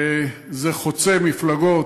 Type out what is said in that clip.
זה חוצה מפלגות.